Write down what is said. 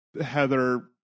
heather